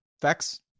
Facts